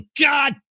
God